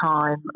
time